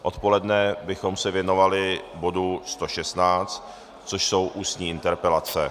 Odpoledne bychom se věnovali bodu 116, což jsou ústní interpelace.